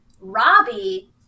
robbie